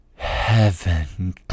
Heaven